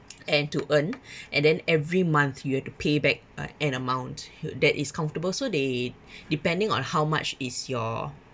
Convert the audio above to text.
and to earn and then every month you have to pay back uh an amount that is comfortable so they depending on how much is your